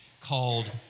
called